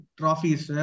trophies